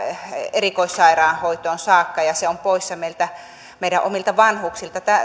erikoissairaanhoitoon saakka ja se on poissa meidän omilta vanhuksiltamme